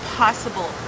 possible